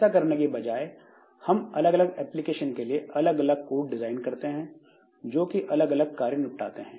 ऐसा करने की बजाय हम अलग अलग एप्लीकेशन के लिए अलग अलग कोड डिजाइन करते हैं जो कि अलग अलग कार्य निपटाते हैं